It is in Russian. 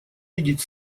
видеть